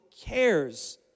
cares